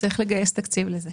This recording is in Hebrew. צריך לגייס תקציב לזה.